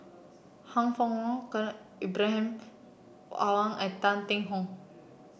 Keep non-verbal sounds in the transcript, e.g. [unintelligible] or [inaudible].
Han Fook Kwang [unintelligible] Ibrahim Awang and Tan Yee Hong